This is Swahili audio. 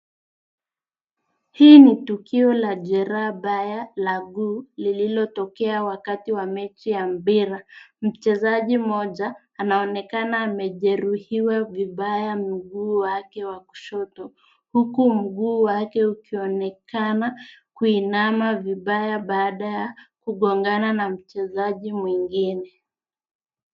Hii ni tukio la jeraha baya la mguu ililotokea wakati wa mechi ya mpira. Mchezaji mmoja anaonekana amejeruhiwa vibaya mguu wake wa kushoto mguu wake unaonekana kuinama vibaya baada ya kugongana na mchezaji mwingine.